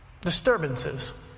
disturbances